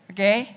Okay